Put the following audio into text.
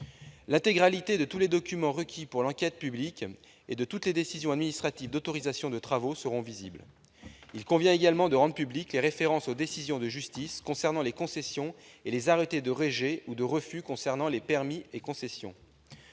L'intégralité des documents requis pour l'enquête publique et des décisions administratives d'autorisation de travaux sera accessible. Il convient également de rendre publiques les références aux décisions de justice concernant les concessions et les arrêtés de rejet ou de refus relatifs aux permis et concessions.